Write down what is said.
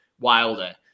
Wilder